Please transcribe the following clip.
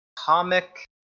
Comic